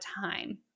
time